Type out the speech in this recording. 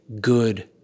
good